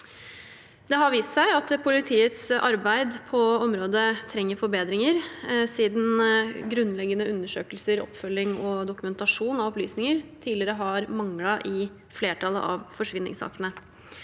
Det har vist seg at politiets arbeid på området trenger forbedringer siden grunnleggende undersøkelser, oppfølging og dokumentasjon av opplysninger tidligere har manglet i flertallet av forsvinningssakene.